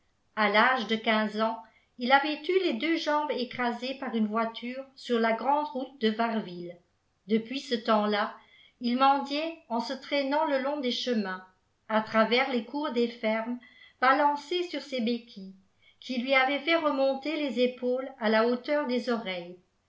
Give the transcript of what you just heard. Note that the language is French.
a l'âge de quinze ans il avait eu les deux jambes écrasées par une voiture sur la grand'route de varville depuis ce temps-là û mendiait en se traînant le long des chemins à travers les cours des fernaes balancé sur ses béquilles qui lui avaient fait remonter les épaules à la hauteur des oreilles